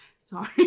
sorry